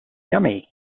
yummy